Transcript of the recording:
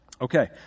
Okay